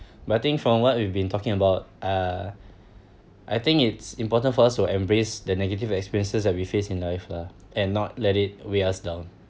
but I think from what we've been talking about uh I think it's important for us to embrace the negative experiences that we face in life lah and not let it weigh us down